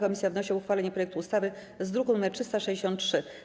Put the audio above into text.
Komisja wnosi o uchwalenie projektu ustawy z druku nr 363.